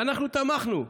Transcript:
ואנחנו תמכנו,